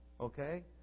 Okay